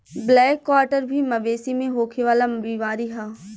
black quarter भी मवेशी में होखे वाला बीमारी ह